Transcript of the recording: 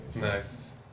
Nice